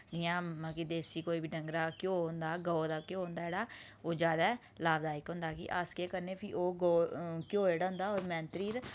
इ'यां मतलब कि देसी कोई बी डंगरा दा घ्यो होंदा गौ दा घ्यो होंदा जेह्ड़ा ओह् ज्यादा लाभदायक होंदा कि अस केह् करने कि फ्ही ओह् घ्यो जेह्ड़ा होंदा मैंतरियै